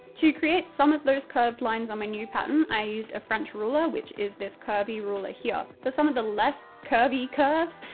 to create some of those curved lines on my new pattern, i used a french-ruler, which is this curvy ruler here. for some of the less curvy-curves,